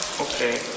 Okay